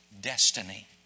destiny